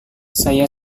saya